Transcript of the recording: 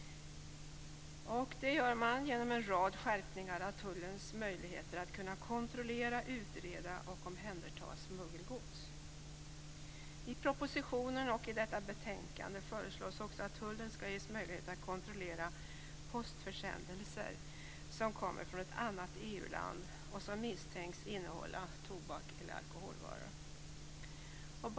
Det gör man genom en rad skärpningar av tullens möjligheter att kontrollera, utreda och omhänderta smuggelgods. Både i propositionen och i detta betänkande föreslås att tullen skall ges möjlighet att kontrollera postförsändelser från ett annat EU-land som misstänks innehålla tobaks eller alkoholvaror.